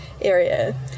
area